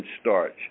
starch